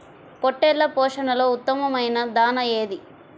పొట్టెళ్ల పోషణలో ఉత్తమమైన దాణా ఏది?